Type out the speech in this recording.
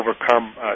overcome